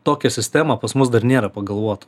tokią sistemą pas mus dar nėra pagalvota